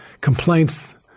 complaints